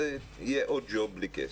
יהיה עוד ג'וב בלי כסף.